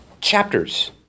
chapters